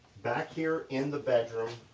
back here in the bedroom,